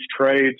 trades